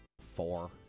Four